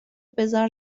بزار